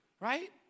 right